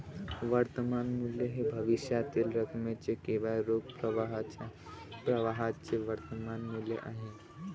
वर्तमान मूल्य हे भविष्यातील रकमेचे किंवा रोख प्रवाहाच्या प्रवाहाचे वर्तमान मूल्य आहे